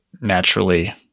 naturally